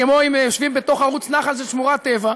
כמו אם יושבים בתוך ערוץ נחל של שמורת טבע,